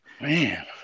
man